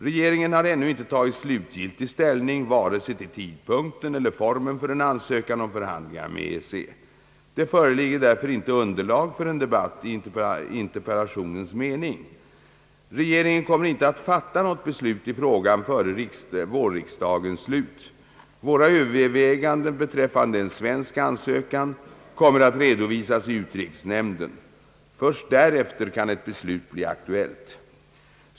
Regeringen har ännu inte tagit slutgiltig ställning till vare sig tidpunkten eller formen för en ansökan om förhandlingar med EEC. Det föreligger därför inte underlag för en debatt i interpellationens mening. Regeringen kommer inte att fatta något beslut i frågan före vårriksdagens slut. Våra överväganden beträffande en svensk ansökan kommer att redovisas 1 utrikesnämnden. Först därefter kan ett beslut bli aktuellt.